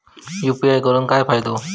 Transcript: UPI करून काय फायदो?